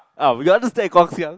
uh we want to stay at Guang-Xiang